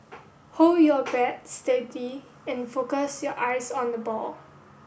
hold your bat steady and focus your eyes on the ball